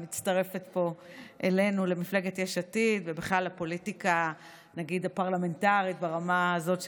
שמצטרפת פה אלינו למפלגת יש עתיד ובכלל לפוליטיקה הפרלמנטרית ברמה הזאת,